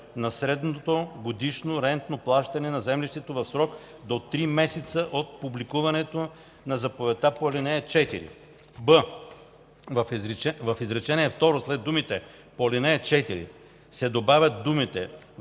на средното годишно рентно плащане за землището в срок до три месеца от публикуването на заповедта по ал. 4.”; б) в изречение второ след думите „по ал. 4” се добавят думите